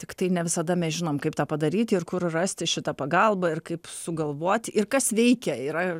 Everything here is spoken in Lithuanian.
tiktai ne visada mes žinom kaip tą padaryti ir kur rasti šitą pagalbą ir kaip sugalvoti ir kas veikia yra